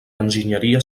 enginyeria